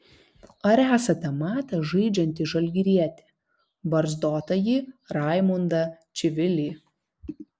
ar esate matęs žaidžiantį žalgirietį barzdotąjį raimundą čivilį